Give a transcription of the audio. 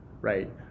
right